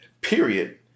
period